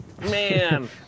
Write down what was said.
Man